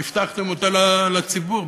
הבטחתם אותה לציבור.